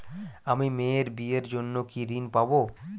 আমি মেয়ের বিয়ের জন্য কি ঋণ পাবো?